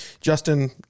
Justin